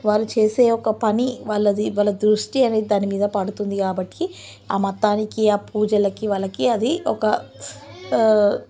వారు చేసే ఒక పని వాళ్ళది వాళ్ళ దృష్టి అనేది దాని మీద పడుతుంది కాబట్టి ఆ మతానికి ఆ పూజలకి వాళ్ళకి అది ఒక